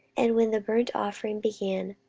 and when the burnt offering began,